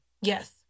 Yes